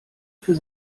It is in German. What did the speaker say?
für